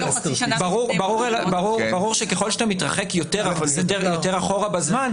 ברור שככל שאתה מתרחק אחורה בזמן,